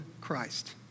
Christ